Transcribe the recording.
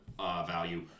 value